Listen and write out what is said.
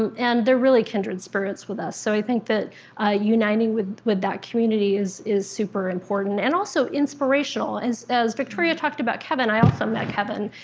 and they're really kindred spirits with us. so i think that uniting with with that community is is super important, and also inspirational. as victoria talked about kevin, i also met kevin.